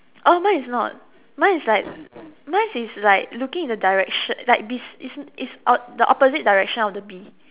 oh mine is not mine is like mine is like looking in the direction like bes~ is is op~ the opposite direction of the bee